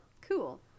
cool